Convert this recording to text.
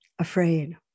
afraid